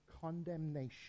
condemnation